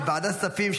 בוועדת הכספים,